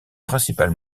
principal